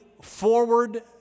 forward